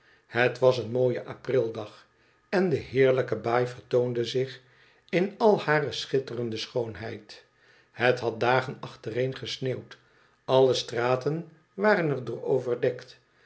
het was een mooie aprildag en de heerlijke baai vertoonde zich in al hare schitterende schoonheid het had dagen achtereen gesneeuwd alle straten waren er door overdekt